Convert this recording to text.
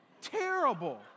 Terrible